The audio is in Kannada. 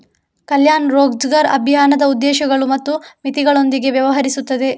ಕಲ್ಯಾಣ್ ರೋಜ್ಗರ್ ಅಭಿಯಾನದ ಉದ್ದೇಶಗಳು ಮತ್ತು ಮಿತಿಗಳೊಂದಿಗೆ ವ್ಯವಹರಿಸುತ್ತದೆ